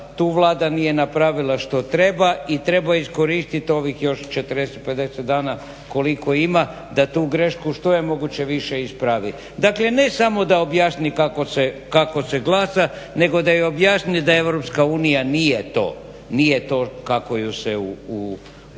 tu Vlada nije napravila što treba i treba iskoristiti ovih još 40, 50 dana koliko ima da tu grešku što je moguće više ispravi. Dakle ne samo da objasni kako se glasa nego da objasni da EU nije to kako ju se u